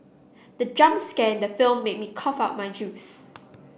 the jump scare in the film made me cough out my juice